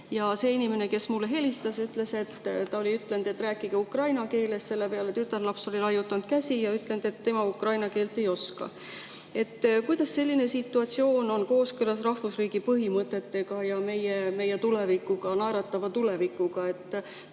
Inimene, kes mulle helistas, oli [teenindajale] ütelnud, et rääkige ukraina keeles, aga selle peale oli tütarlaps laiutanud käsi ja ütelnud, et tema ukraina keelt ei oska. Kuidas selline situatsioon on kooskõlas rahvusriigi põhimõtetega ja meie tulevikuga, naeratava tulevikuga? Ma